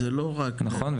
נכון,